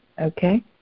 okay